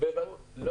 נעניש אותו עוד פעם.